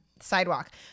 sidewalk